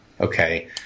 Okay